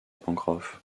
pencroff